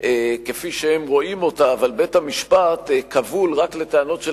לפרשנות כפי שהם רואים אותה אבל בית-המשפט כבול רק לטענות של